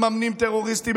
מממנים טרוריסטים,